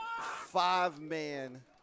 five-man